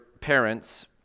parents